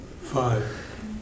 Five